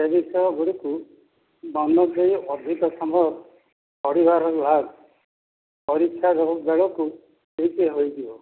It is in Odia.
ସେ ଜିନିଷ ଗୁଡ଼ିକୁ ମନ ଦେଇ ଅଧିକ ସମୟ ପଢ଼ିବାର ବିଭାଗ ପରୀକ୍ଷା ବେଳକୁ ଠିକ ହୋଇଯିବ